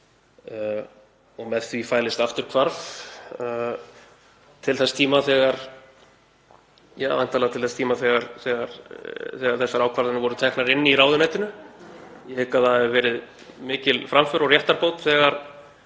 Í því fælist afturhvarf, væntanlega til þess tíma þegar þessar ákvarðanir voru teknar inni í ráðuneytinu. Ég hygg að það hafi verið mikil framför og réttarbót þegar